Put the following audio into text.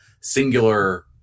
singular